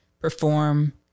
perform